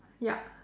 ya